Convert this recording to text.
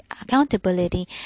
accountability